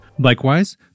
Likewise